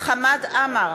חמד עמאר,